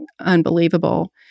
unbelievable